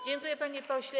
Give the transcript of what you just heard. Dziękuję, panie pośle.